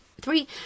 three